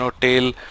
tail